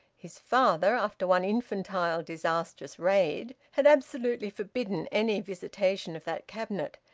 his father, after one infantile disastrous raid, had absolutely forbidden any visitation of that cabinet,